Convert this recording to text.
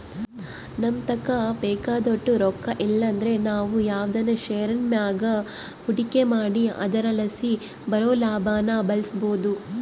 ನಮತಾಕ ಬೇಕಾದೋಟು ರೊಕ್ಕ ಇಲ್ಲಂದ್ರ ನಾವು ಯಾವ್ದನ ಷೇರಿನ್ ಮ್ಯಾಗ ಹೂಡಿಕೆ ಮಾಡಿ ಅದರಲಾಸಿ ಬರೋ ಲಾಭಾನ ಬಳಸ್ಬೋದು